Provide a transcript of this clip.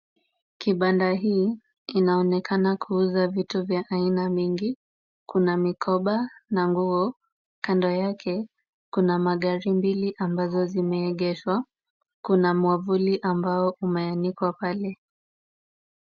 Kibanda hii kinaonekana kuuza vitu vya aina mingi. Kuna mikoba na nguo. Kando yake kuna magari mbili ambazo zimeegeshwa. Kuna mwavuli ambao umeanikwa pale.